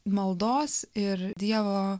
maldos ir dievo